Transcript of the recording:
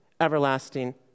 everlasting